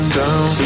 down